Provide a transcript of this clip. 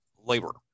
Labor